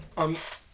of